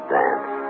dance